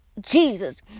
Jesus